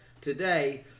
today